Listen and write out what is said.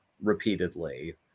repeatedly